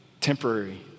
temporary